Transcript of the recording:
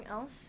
else